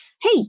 hey